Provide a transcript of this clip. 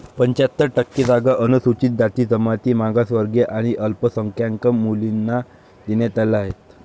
पंच्याहत्तर टक्के जागा अनुसूचित जाती, जमाती, मागासवर्गीय आणि अल्पसंख्याक मुलींना देण्यात आल्या आहेत